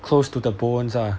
close to the bones ah